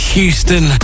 Houston